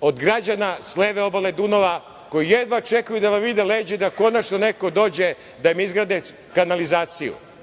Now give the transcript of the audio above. od građana sa leve obale Dunava koji jedva čekaju da vam vide leđa i da konačno neko dođe da im izgradi kanalizaciju. Imamo